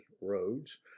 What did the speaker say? roads